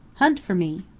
hunt for me.